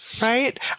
Right